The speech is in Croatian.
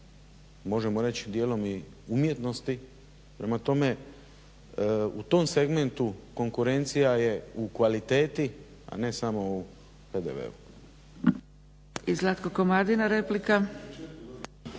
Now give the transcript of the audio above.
možemo reći dijelom i umjetnosti, prema tome u tom segmentu konkurencija je u kvaliteti, a ne samo u PDV-u.